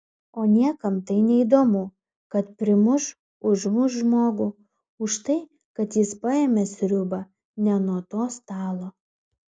o niekam tai neįdomu kad primuš užmuš žmogų už tai kad jis paėmė sriubą ne nuo to stalo